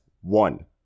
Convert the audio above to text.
one